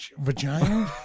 vagina